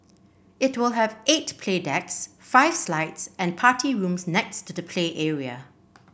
it will have eight play decks five slides and party rooms next to the play area